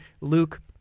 Luke